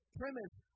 premise